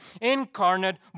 incarnate